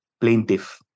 plaintiff